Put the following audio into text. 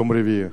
יום רביעי,